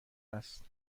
است